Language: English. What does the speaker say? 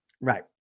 Right